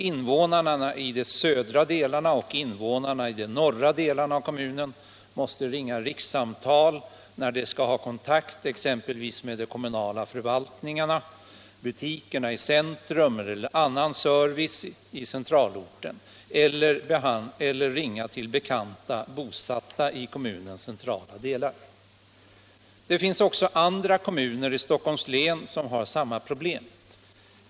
Invånarna i de södra delarna och invånarna i de norra delarna av kommunen måste ringa rikssamtal när de skall ha kontakt med exempelvis de kommunala förvaltningarna, butikerna i centrum eller annan service i centralorten — eller ringa till bekanta, bosatta i kommunens centrala delar. Det finns också andra kommuner i Stockholms län som har samma problem.